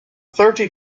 thirty